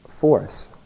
force